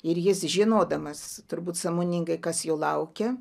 ir jis žinodamas turbūt sąmoningai kas jo laukia